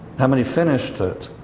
how many finished it?